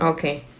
Okay